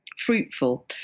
fruitful